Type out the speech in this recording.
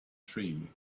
tree